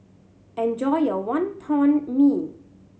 enjoy your Wonton Mee